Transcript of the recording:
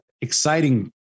exciting